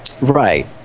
right